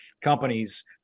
companies